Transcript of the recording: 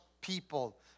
people